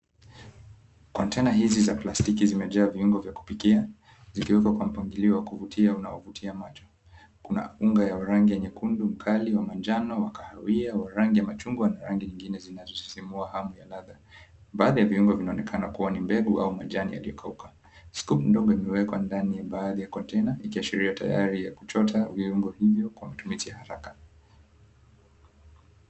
Kontena hizi za plastiki zimejaa viungo vya kupikia, zikiwekwa kwa mpangilio wa kuvutia unaovutia macho. Kuna unga ya rangi ya nyekundu, mkali wa manjano, kahawia, wa rangi ya machungwa na rangi nyingine zinazosisimua hamu ya ladha. Baadhi ya viungo vinaonekana kuwa ni mbegu au majani yaliyokauka. Scoop ndogo imewekwa ndani ya baadhi ya kontena ikiashiria tayari ya kuchota viungo hivyo kwa matumizi ya haraka.